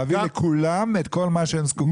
להביא לכולם את כל מה שהם זקוקים לו.